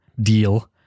deal